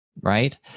right